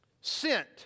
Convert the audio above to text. sent